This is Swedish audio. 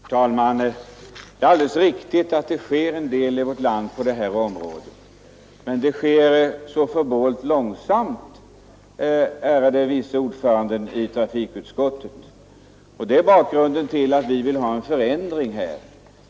Herr talman! Det är alldeles riktigt att det sker en del i vårt land på det här området, men det sker så förbålt långsamt, ärade vice ordförande i trafikutskottet. Och det är bakgrunden till att vi vill ha en förändring härvidlag.